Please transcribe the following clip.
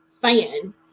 fan